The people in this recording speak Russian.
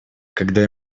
когда